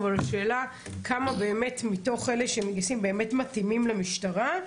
אבל השאלה כמה באמת מתוך אלה שמתגייסים באמת מתאימים למשטרה.